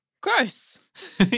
gross